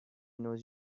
knows